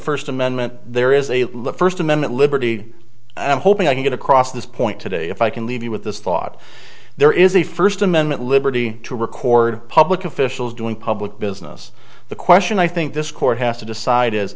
first amendment there is a look first amendment liberty i'm hoping i can get across this point today if i can leave you with this thought there is a first amendment liberty to record public officials doing public business the question i think this court has to decide is